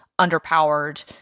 underpowered